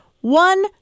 One